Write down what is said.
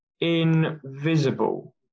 invisible